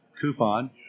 coupon